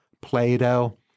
Plato